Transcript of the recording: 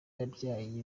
yabyaye